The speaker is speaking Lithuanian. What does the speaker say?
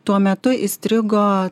tuo metu įstrigo